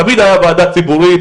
תמיד היתה ועדה ציבורית,